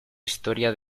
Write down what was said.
historia